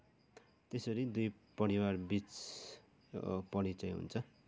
त्यसरी दुई परिवारबिच परिचय हुन्छ